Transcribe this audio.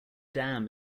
dam